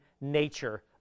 nature